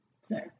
sir